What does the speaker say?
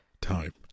time